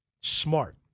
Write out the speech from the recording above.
Smart